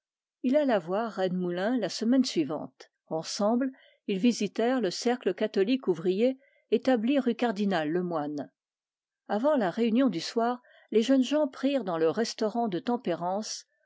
il alla voir rennemoulin la semaine suivante ensemble ils visitèrent un cercle catholique ouvrier établi rue du cardinal lemoine avant la réunion du soir les jeunes gens prirent dans le restaurant de tempérance